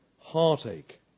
heartache